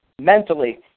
mentally